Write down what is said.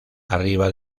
arriba